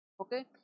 Okay